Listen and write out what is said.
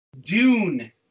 dune